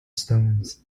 stones